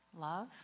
Love